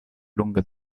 lunga